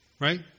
Right